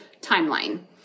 timeline